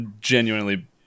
genuinely